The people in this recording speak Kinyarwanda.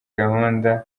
gahunda